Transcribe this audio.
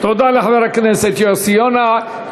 תודה לחבר הכנסת יוסי יונה.